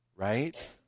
Right